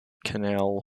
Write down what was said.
canal